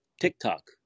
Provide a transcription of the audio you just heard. TikTok